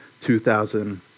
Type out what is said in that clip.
2,000